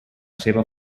seva